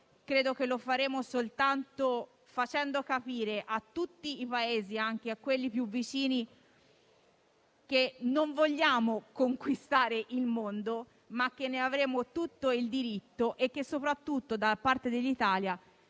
Credo che lo faremo soltanto facendo capire a tutti i Paesi, anche a quelli più vicini, che non vogliamo conquistare il mondo, ma ne avremmo tutto il diritto e che soprattutto, da parte dell'Italia,